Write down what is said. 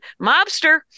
Mobster